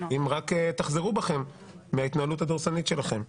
אם רק תחזרו בכם מההתנהלות הדורסנית שלכם.